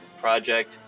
project